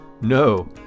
No